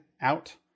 out